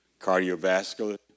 cardiovascular